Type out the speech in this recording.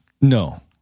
No